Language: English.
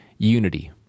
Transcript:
Unity